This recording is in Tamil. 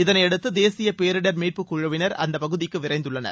இதனையடுத்து தேசிய பேரிடர் மீட்புக்குழுவினர் அந்தப்பகுதிக்கு விரைந்துள்ளனர்